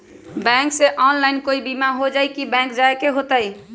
Bank से online कोई बिमा हो जाई कि बैंक जाए के होई त?